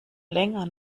länger